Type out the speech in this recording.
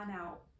out